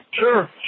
Sure